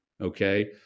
Okay